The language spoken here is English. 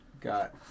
Got